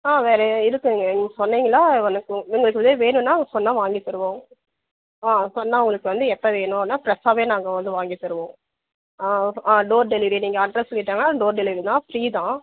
ஆ வேறு இருக்குங்க நீங்கள் சொன்னிங்கனால் உடனே உங்களுக்கு வந்து வேணும்னா சொன்னால் வாங்கித் தருவோம் ஆ சொன்னால் உங்களுக்கு வந்து எப்போ வேணும்னா ஃபிரெஸ்ஸாகவே நாங்கள் வந்து வாங்கித் தருவோம் ஆ ஆ டோர் டெலிவரியை நீங்கள் அட்ரஸ் சொல்லிட்டானால் டோர் டெலிவரிலாம் ஃப்ரீதான்